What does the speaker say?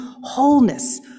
wholeness